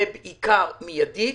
ובעיקר מיידית,